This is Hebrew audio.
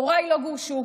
הוריי לא גורשו,